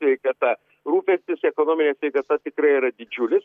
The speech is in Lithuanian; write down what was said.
sveikata rūpestis ekonomine sveikata tikrai yra didžiulis